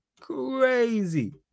Crazy